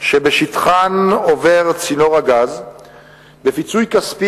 שבשטחן עובר צינור הגז בפיצוי כספי